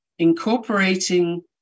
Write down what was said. incorporating